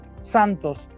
Santos